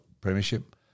premiership